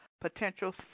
potential